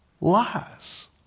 lies